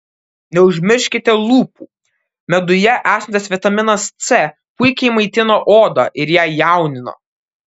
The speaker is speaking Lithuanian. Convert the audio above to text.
neužmirškite lūpų meduje esantis vitaminas c puikiai maitina odą ir ją jaunina